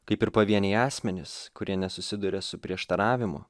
kaip ir pavieniai asmenys kurie nesusiduria su prieštaravimu